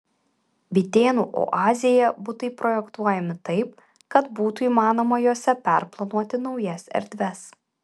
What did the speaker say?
bitėnų oazėje butai projektuojami taip kad būtų įmanoma juose perplanuoti naujas erdves